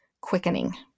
quickening